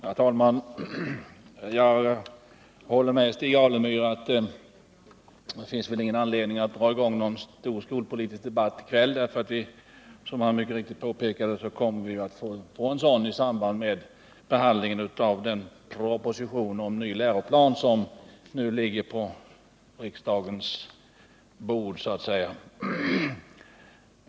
Herr talman! Jag håller med Stig Alemyr om att det inte finns någon anledning att dra i gång en stor skolpolitisk debatt i kväll, som han mycket riktigt påpekade kommer vi att få en sådan i samband med behandlingen av den proposition om ny läroplan som nu ligger på riksdagens bord.